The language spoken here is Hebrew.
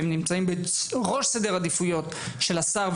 ונמצאים בראש סדר העדיפויות של השר,